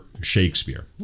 Shakespeare